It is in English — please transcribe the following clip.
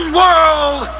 world